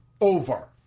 Over